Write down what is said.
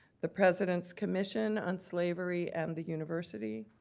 the president's commission on slavery and the university,